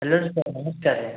hello sir ನಮಸ್ಕಾರ ರೀ